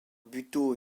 buteau